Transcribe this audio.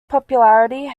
popularity